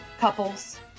couples